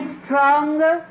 stronger